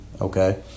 Okay